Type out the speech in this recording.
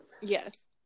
yes